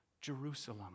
Jerusalem